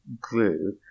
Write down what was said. grew